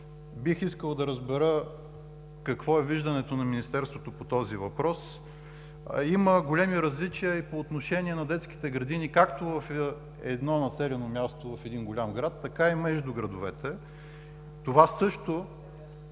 Бих искал да разбера какво е виждането на Министерството по този въпрос? Има големи различия и по отношение на детските градини – както в едно населено място, в един голям град, така и между градовете. Това също